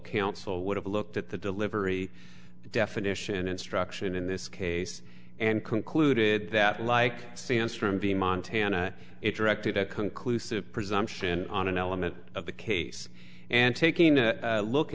counsel would have looked at the delivery definition instruction in this case and concluded that like since truman v montana it directed a conclusive presumption on an element of the case and taking a look